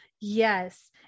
Yes